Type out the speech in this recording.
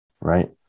right